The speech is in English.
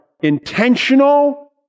intentional